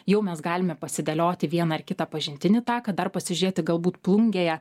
jau mes galime pasidėlioti vieną ar kitą pažintinį taką dar pasižiūrėti galbūt plungėje